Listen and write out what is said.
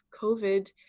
COVID